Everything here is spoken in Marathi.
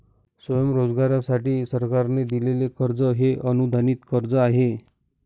स्वयंरोजगारासाठी सरकारने दिलेले कर्ज हे अनुदानित कर्ज आहे